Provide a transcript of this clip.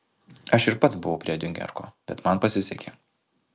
aš ir pats buvau prie diunkerko bet man pasisekė